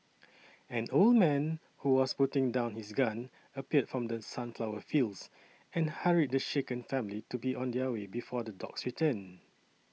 an old man who was putting down his gun appeared from the sunflower fields and hurried the shaken family to be on their way before the dogs return